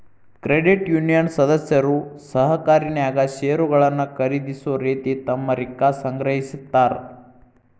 credit union ಸದಸ್ಯರು ಸಹಕಾರಿನ್ಯಾಗ್ ಷೇರುಗಳನ್ನ ಖರೇದಿಸೊ ರೇತಿ ತಮ್ಮ ರಿಕ್ಕಾ ಸಂಗ್ರಹಿಸ್ತಾರ್